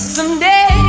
Someday